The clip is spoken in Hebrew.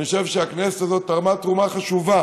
אני חושב שהכנסת הזאת תרמה תרומה חשובה